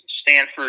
Stanford